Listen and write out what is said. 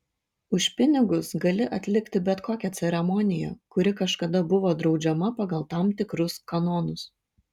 už pinigus gali atlikti bet kokią ceremoniją kuri kažkada buvo draudžiama pagal tam tikrus kanonus